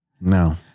No